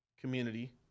Community